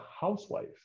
housewife